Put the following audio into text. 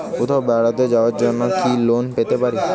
কোথাও বেড়াতে যাওয়ার জন্য কি লোন পেতে পারি?